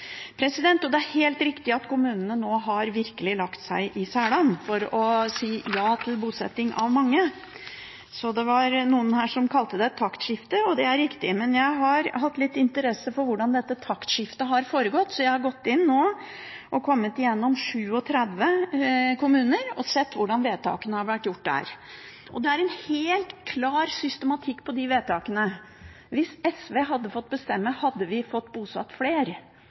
Det er helt riktig at kommunene nå virkelig har lagt seg i selen for å si ja til bosetting av mange. Det var noen her som kalte det et taktskifte, og det er riktig. Men jeg har hatt litt interesse for hvordan dette taktskiftet har foregått, så jeg har nå gått igjennom 37 kommuner og sett hvordan vedtakene har vært gjort der. Det er en helt klar systematikk på vedtakene. Hvis SV hadde fått bestemme, hadde vi fått bosatt flere.